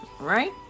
Right